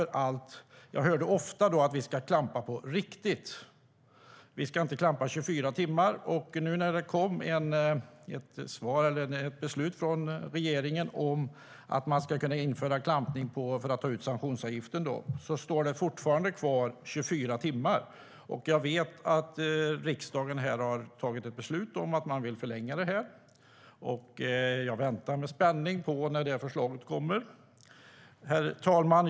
Jag hörde ofta att vi ska klampa på riktigt och inte bara 24 timmar. Men när det nu har kommit ett beslut från regeringen om att man ska kunna införa klampning för att ta ut sanktionsavgiften finns fortfarande 24-timmarsgränsen kvar. Jag vet att riksdagen har tagit ett beslut om att man vill förlänga det här. Jag väntar med spänning på när det förslaget kommer. Herr talman!